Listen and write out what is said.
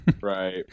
Right